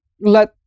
let